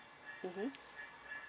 mmhmm